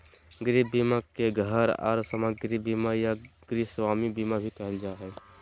गृह बीमा के घर आर सामाग्री बीमा या गृहस्वामी बीमा भी कहल जा हय